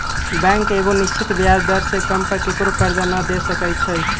bank एगो निश्चित ब्याज दर से कम पर केकरो करजा न दे सकै छइ